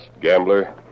gambler